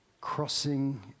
crossing